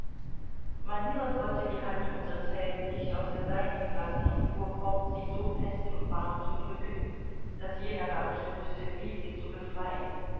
manilow wollte die hand unseres helden nicht aus der seinigen lassen und fuhr fort sie so fest und warm zu drücken daß jener gar nicht wußte wie sie zu befreien